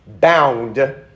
bound